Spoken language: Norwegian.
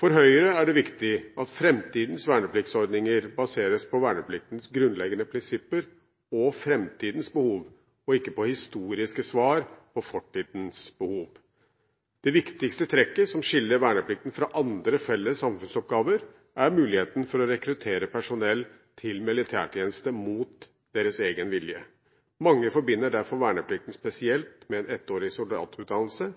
For Høyre er det viktig at framtidens vernepliktsordninger baseres på vernepliktens grunnleggende prinsipper og framtidens behov, og ikke på historiske svar på fortidens behov. Det viktigste trekket som skiller verneplikten fra andre felles samfunnsoppgaver, er muligheten for å rekruttere personell til militærtjeneste mot deres egen vilje. Mange forbinder derfor verneplikten spesielt med en ettårig soldatutdannelse.